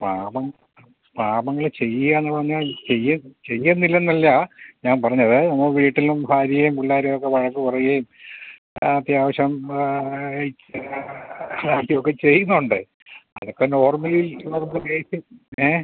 പാപം പാപങ്ങൾ ചെയ്യുകയെന്ന് പറഞ്ഞാൽ ചെയ്യുന്നില്ല എന്നല്ല ഞാൻ പറഞ്ഞത് നമ്മളെ വീട്ടിലും ഭാര്യയേയും പിള്ളേരെയൊക്കെ വഴക്ക് പറയുകയും അത്യാവശ്യം ആയിട്ട് അടിക്കുകയൊക്കെ ചെയ്യുന്നുണ്ട് അതൊക്കെ നോർമലി അതൊക്കെ കേട്ട് ഏഹ്